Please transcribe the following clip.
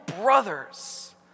brothers